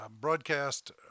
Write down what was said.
broadcast